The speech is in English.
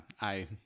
I